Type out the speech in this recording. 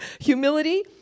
Humility